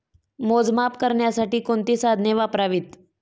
मोजमाप करण्यासाठी कोणती साधने वापरावीत?